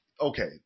Okay